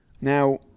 now